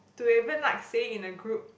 to even like say in the group